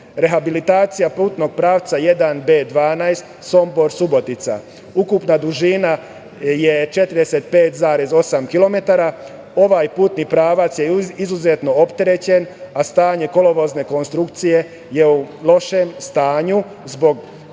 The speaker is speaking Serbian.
rehabilitacija putnog pravca 1B12 Sombor – Subotica. Ukupna dužina je 45,8 kilometra. Ovaj putni pravac je izuzetno opterećen, a stanje kolovozne konstrukcije je u lošem stanju zbog